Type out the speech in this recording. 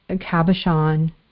cabochon